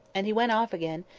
and he went off again,